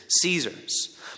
Caesar's